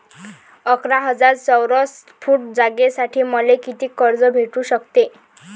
अकरा हजार चौरस फुट जागेसाठी मले कितीक कर्ज भेटू शकते?